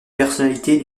personnalité